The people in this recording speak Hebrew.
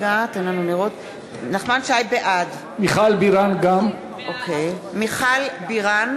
בעד עאידה תומא סלימאן,